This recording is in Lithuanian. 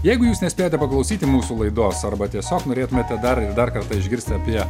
jeigu jūs nespėjate paklausyti mūsų laidos arba tiesiog norėtumėte dar ir dar kartą išgirsti apie